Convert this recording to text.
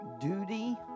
duty